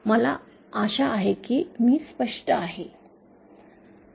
मला आशा आहे की मी स्पष्ट आहे